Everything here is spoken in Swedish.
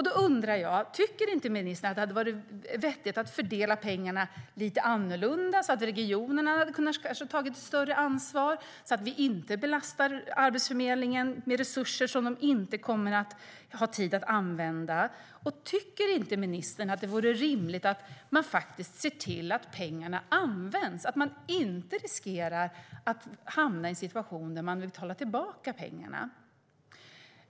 Då undrar jag: Tycker inte ministern att det hade varit vettigt att fördela lite annorlunda så att regionerna kanske hade tagit ett större ansvar och så att vi inte belastar Arbetsförmedlingen med resurser som de inte kommer att ha tid att använda? Tycker inte ministern att det vore rimligt att se till att pengarna används, så att man inte riskerar att hamna i en situation där man betalar tillbaka pengarna?